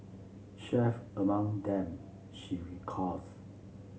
chief among them she recalls